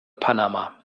panama